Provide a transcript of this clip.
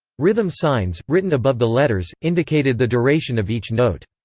rhythm signs, written above the letters, indicated the duration of each note.